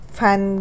fan